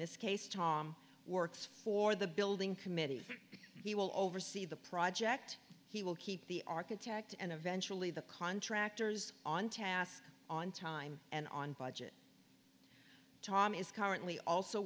this case tom works for the building committee he will oversee the project he will keep the architect and eventually the contractors on task on time and on budget tom is currently also